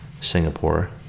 Singapore